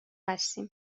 هستیم